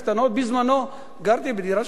בזמני גרתי בדירת 75 מ"ר,